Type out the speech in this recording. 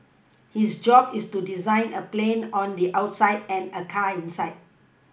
his job is to design a plane on the outside and a car inside